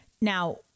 Now